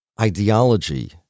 ideology